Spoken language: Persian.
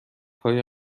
های